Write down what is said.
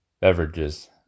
beverages